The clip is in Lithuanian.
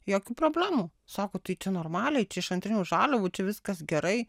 jokių problemų sako tai čia normaliai čia iš antrinių žaliavų čia viskas gerai